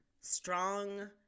strong